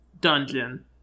dungeon